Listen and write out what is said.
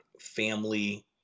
family